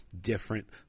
different